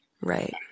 Right